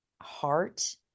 heart